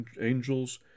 angels